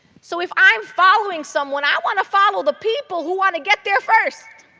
so if i'm following someone, i want to follow the people who want to get there first.